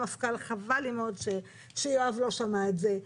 חבל לי מאוד שיואב לא שמע את זה,